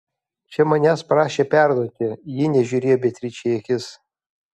čia manęs prašė perduoti ji nežiūrėjo beatričei į akis